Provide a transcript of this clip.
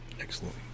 Excellent